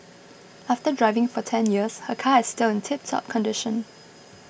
after driving for ten years her car is still in tiptop condition